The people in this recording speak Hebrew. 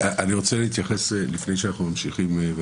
אני רוצה להתייחס לפני שאנחנו ממשיכים.